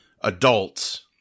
adults